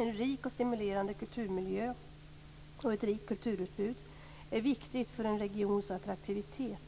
En rik och stimulerande kulturmiljö och ett rikt kulturutbud är viktigt för en regions attraktivitet,